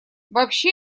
вообще